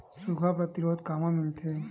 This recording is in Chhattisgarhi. सुखा प्रतिरोध कामा मिलथे?